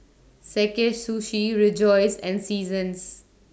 Sakae Sushi Rejoice and Seasons